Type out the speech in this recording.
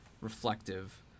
reflective